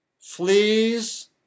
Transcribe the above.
Fleas